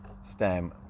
stem